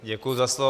Děkuji za slovo.